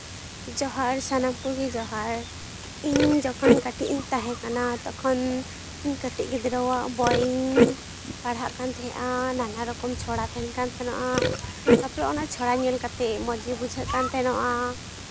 ᱡᱚᱦᱟᱨ ᱥᱟᱱᱟᱢ ᱠᱚᱜᱮ ᱡᱚᱦᱟᱨ ᱤᱧ ᱡᱚᱠᱷᱚᱱ ᱠᱟᱹᱴᱤᱡ ᱤᱧ ᱛᱟᱦᱮᱸ ᱠᱟᱱᱟ ᱛᱚᱠᱷᱚᱱ ᱠᱟᱹᱴᱤᱡ ᱜᱤᱫᱽᱨᱟᱹᱣᱟᱜ ᱵᱳᱭᱤᱧ ᱯᱟᱲᱦᱟᱜ ᱠᱟᱱ ᱛᱟᱦᱮᱱᱟ ᱱᱟᱱᱟ ᱨᱚᱠᱚᱢ ᱪᱷᱚᱲᱟ ᱛᱟᱦᱮᱱ ᱠᱟᱱ ᱛᱟᱦᱮᱱᱟ ᱛᱟᱨᱯᱚᱨᱮ ᱚᱱᱟ ᱪᱷᱚᱲᱟ ᱧᱮᱞ ᱠᱟᱛᱮᱫ ᱢᱚᱡᱽ ᱜᱮ ᱵᱩᱡᱷᱟᱹᱜ ᱠᱟᱱ ᱛᱟᱦᱮᱱᱟ